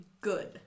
good